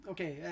Okay